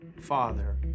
father